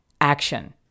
action